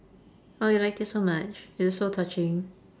oh you like it so much is it so touching